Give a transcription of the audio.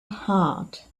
heart